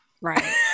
right